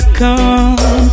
come